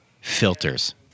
filters